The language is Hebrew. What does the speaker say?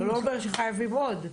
זה לא אומר שחייבים עוד.